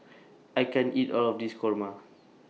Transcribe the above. I can't eat All of This Kurma